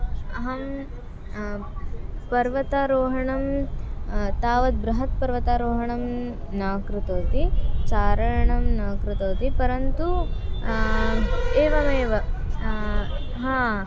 अहं पर्वतारोहणं तावत् बृहत् पर्वतारोहणं न कृतवती चारणं न कृतवती परन्तु एवमेव हा